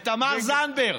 ותמר זנדברג.